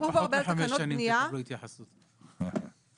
אצלי תקבלו התייחסות תוך פחות מחמש שנים.